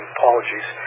Apologies